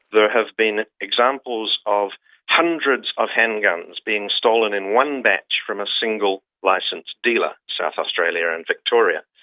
there have been examples of hundreds of handguns being stolen in one batch from a single licensed dealer, south australia and victoria.